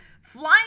flying